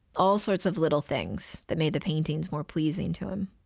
all sorts of little things that made the paintings more pleasing to him.